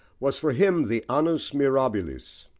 was for him the annus mirabilis.